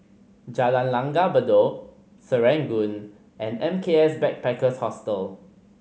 Jalan Langgar Bedok Serangoon and M K S Backpackers Hostel